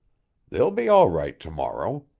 they'll be all right to-morrow.